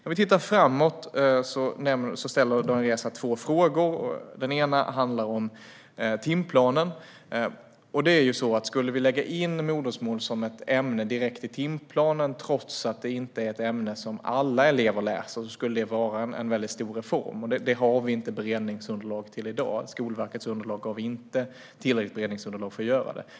Daniel Riazat ställer två frågor om tiden framåt. Den ena frågan handlar om timplanen. Om vi ska lägga in modersmål som ett ämne direkt i timplanen, trots att det inte är ett ämne som alla elever läser, blir det fråga om en stor reform. Det har vi inte beredningsunderlag till i dag. Skolverkets underlag ger inte tillräckligt beredningsunderlag för något sådant.